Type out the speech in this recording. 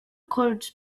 codes